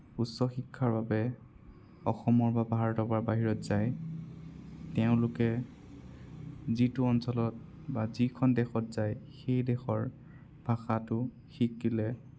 উচ্চ শিক্ষাৰ বাবে অসমৰ বা ভাৰতৰ পৰা বাহিৰত যায় তেওঁলোকে যিটো অঞ্চলত বা যিখন দেশত যায় সেই দেশৰ ভাষাটো শিকিলে